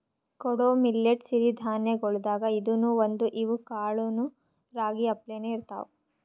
ಕೊಡೊ ಮಿಲ್ಲೆಟ್ ಸಿರಿ ಧಾನ್ಯಗೊಳ್ದಾಗ್ ಇದೂನು ಒಂದು, ಇವ್ ಕಾಳನೂ ರಾಗಿ ಅಪ್ಲೇನೇ ಇರ್ತಾವ